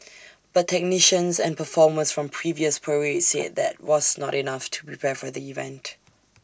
but technicians and performers from previous parades said that was not enough to prepare for the event